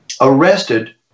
arrested